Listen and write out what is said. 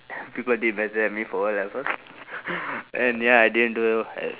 people did better than me for O-level and ya I didn't do as